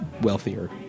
wealthier